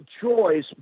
choice